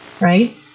right